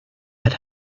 had